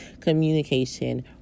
Communication